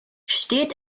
steht